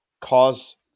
cause